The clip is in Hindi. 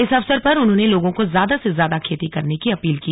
इस अवसर पर उन्होंने लोगों को ज्यादा से ज्यादा खेती करने की अपील की